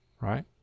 right